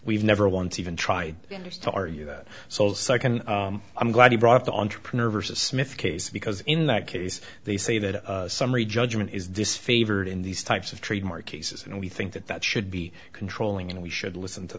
we've never once even tried to argue that so second i'm glad you brought the entrepreneur vs smith case because in that case they say that a summary judgment is disfavored in these types of trademark cases and we think that that should be controlling and we should listen to